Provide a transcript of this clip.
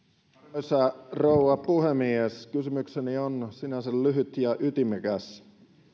arvoisa rouva puhemies kysymykseni on sinänsä lyhyt ja ytimekäs